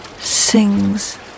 sings